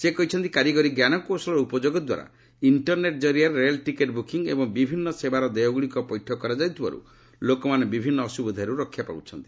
ସେ କହିଛନ୍ତି କାରିଗରୀ ଜ୍ଞାନକୌଶଳର ଉପଯୋଗ ଦ୍ୱାରା ଇଞ୍ଜରନେଟ୍ ଜରିଆରେ ରେଳ ଟିକେଟ୍ ବୁକିଂ ଏବଂ ବିଭିନ୍ନ ସେବାର ଦେୟଗୁଡ଼ିକ ପୈଠ କରାଯାଉଥିବାରୁ ଲୋକମାନେ ବିଭିନ୍ନ ଅସୁବିଧାରୁ ରକ୍ଷା ପାଉଛନ୍ତି